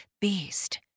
beast